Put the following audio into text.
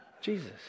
Jesus